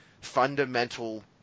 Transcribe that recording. fundamental